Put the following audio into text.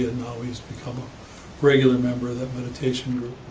now he's become a regular member of that meditation group.